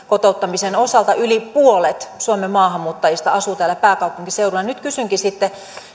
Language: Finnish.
kotouttamisen osalta yli puolet suomen maahanmuuttajista asuu täällä pääkaupunkiseudulla nyt kysynkin sitten